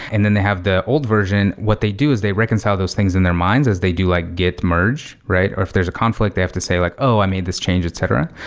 and then they have the old version. what they do is they reconcile those things in their minds as they do like get merged, or if there's a conflict they have to say like, oh, i made this change, etc.